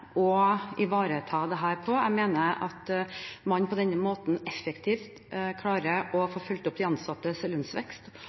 å ivareta dette på. Jeg mener at man på denne måten mer effektivt klarer å